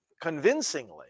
convincingly